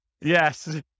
Yes